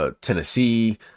Tennessee